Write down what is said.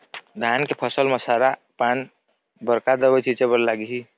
धान के फसल म सरा पान बर का दवई छीचे बर लागिही?